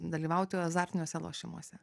dalyvauti azartiniuose lošimuose